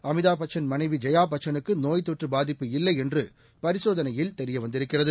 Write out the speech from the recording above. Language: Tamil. அமிதாப் பச்சன் மனைவி ஜெயா பச்சனுக்கு நோய்த் தொற்று பாதிப்பு இல்லை என்று பரிசோதனையில் தெரிய வந்திருக்கிறது